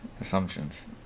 Assumptions